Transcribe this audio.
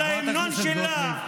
על ההמנון שלה,